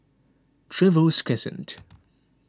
Trevose Crescent